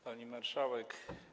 Pani Marszałek!